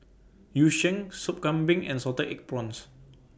Yu Sheng Sop Kambing and Salted Egg Prawns